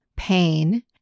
pain